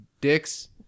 dicks